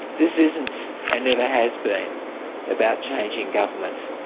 this isn't and never has been about changing government,